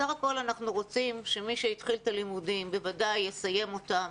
בסך הכול אנחנו רוצים שמי שהתחיל את הלימודים בוודאי יסיים אותם